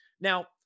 Now